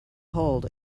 hold